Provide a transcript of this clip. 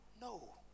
No